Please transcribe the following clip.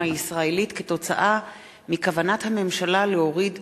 הישראלית כתוצאה מכוונת הממשלה להוריד